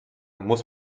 muss